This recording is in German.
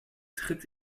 tritt